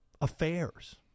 affairs